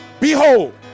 Behold